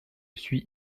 suis